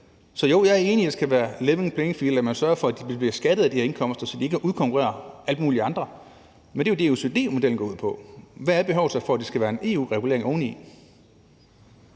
Så jo, jeg er enig i, at der skal være en level playing field, og at man sørger for, at de bliver beskattet af de her indkomster, så de ikke kan udkonkurrere alle mulige andre, men det er jo det, OECD-modellen går ud på. Hvad er behovet så for, at der skal være en EU-regulering oveni?